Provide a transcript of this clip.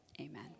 Amen